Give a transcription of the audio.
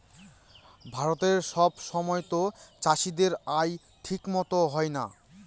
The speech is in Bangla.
ভারতে সব সময়তো চাষীদের আয় ঠিক মতো হয় না